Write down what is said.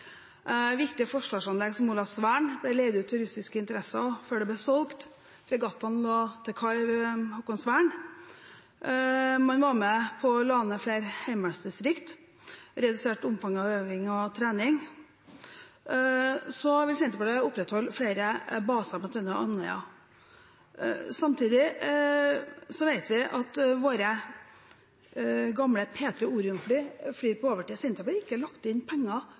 viktige forsvarsanlegg som Olavsvern ble leid ut til russiske interesser før det ble solgt, fregattene lå til kai ved Håkonsvern, man var med på å legge ned flere heimevernsdistrikt og reduserte omfanget av øving og trening. Senterpartiet vil opprettholde flere baser, bl.a. Andøya. Samtidig vet vi at våre gamle P-3 Orion-fly flyr på overtid. Senterpartiet har ikke lagt in penger